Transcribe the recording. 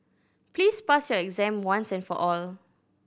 please pass your exam once and for all